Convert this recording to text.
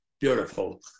Beautiful